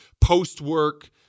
post-work